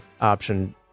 option